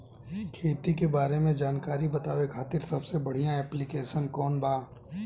खेती के बारे में जानकारी बतावे खातिर सबसे बढ़िया ऐप्लिकेशन कौन बा?